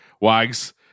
Wags